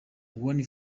worn